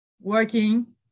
working